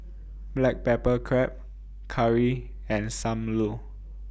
Black Pepper Crab Curry and SAM Lau